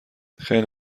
خیلی